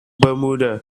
bermuda